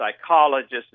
psychologists